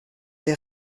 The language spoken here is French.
des